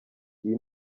iyi